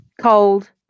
cold